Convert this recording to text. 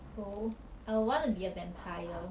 cool I will wanna be a vampire